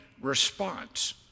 response